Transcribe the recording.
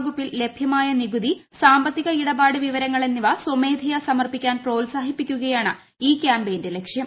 വകുപ്പിൽ ലഭ്യമായ നികുതി സാമ്പത്തിക ഇടപാട് വിവരങ്ങൾ എന്നിവ സ്വമേധയാ സമർപ്പിക്കാൻ പ്രോത്സാഹിപ്പിക്കുകയാണ് ഇ ക്യാമ്പയിന്റെ ലക്ഷ്യം